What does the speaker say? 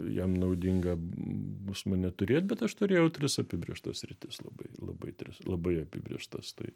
jam naudinga bus mane turėt bet aš turėjau tris apibrėžtas sritis labai labai tris labai apibrėžtas tai